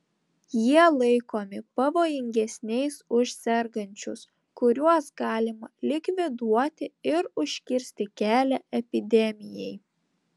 jie laikomi pavojingesniais už sergančius kuriuos galima likviduoti ir užkirsti kelią epidemijai